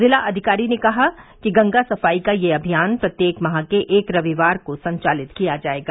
जिलाधिकारी ने कहा कि गंगा सफाई का यह अभियान प्रत्येक माह के एक रविवार को संचालित किया जाएगा